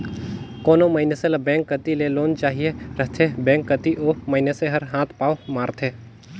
कोनो मइनसे ल बेंक कती ले लोन चाहिए रहथे बेंक कती ओ मइनसे हर हाथ पांव मारथे